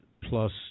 plus